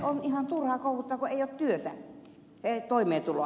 on ihan turhaa kouluttaa kun ei ole työtä toimeentuloa